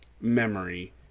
memory